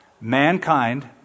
Mankind